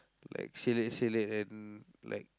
like selek selek and like